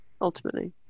ultimately